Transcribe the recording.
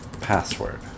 password